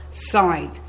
side